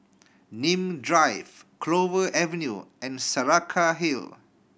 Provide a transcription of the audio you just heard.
Nim Drive Clover Avenue and Saraca Hill